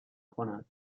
کند